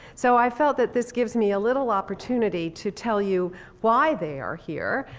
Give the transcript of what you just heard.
so i felt that this gives me a little opportunity to tell you why they're here,